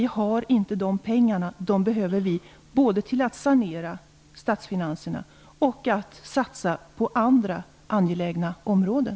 Vi har nämligen inte så mycket pengar. Vi behöver pengar både till att sanera statsfinanserna och till att satsa på andra angelägna områden.